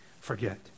forget